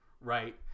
right